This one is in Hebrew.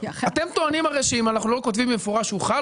אתם טוענים הרי שאם אנחנו לא כותבים במפורש שהוא חל